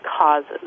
causes